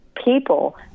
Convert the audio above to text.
People